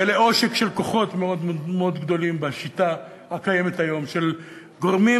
ולעושק של כוחות מאוד גדולים בשיטה הקיימת היום של גורמים,